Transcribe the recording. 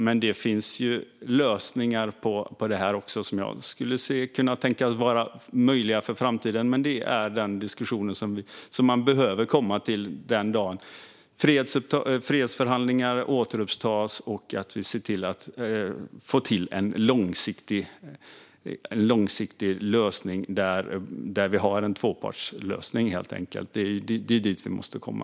Men det finns också lösningar på det som jag skulle tänka är möjliga för framtiden. Det är den diskussion man behöver komma till den dagen fredsförhandlingar återupptas och vi ser till att få en långsiktig lösning där vi helt enkelt har en tvåpartslösning. Det är dit vi måste komma.